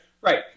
right